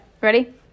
ready